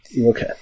Okay